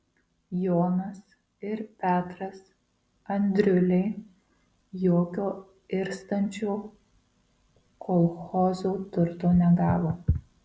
jonas ir petras andriuliai jokio irstančių kolchozų turto negavo